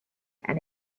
and